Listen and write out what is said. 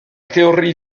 théorie